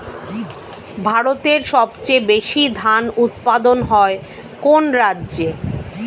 ভারতের সবচেয়ে বেশী ধান উৎপাদন হয় কোন রাজ্যে?